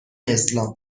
اسلام